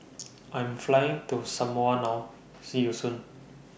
I Am Flying to Samoa now See YOU Soon